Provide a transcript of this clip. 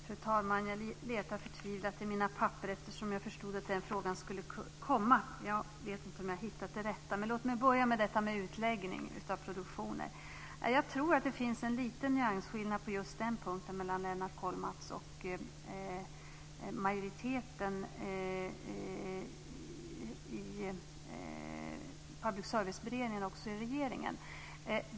Fru talman! Jag letar förtvivlat i mina papper, jag förstod att den frågan skulle komma. Men låt mig börja med frågan om utläggning av produktionen. Jag tror att det finns en liten nyansskillnad på just den punkten mellan Lennart Kollmats och majoriteten i Public service-beredningen och i regeringen.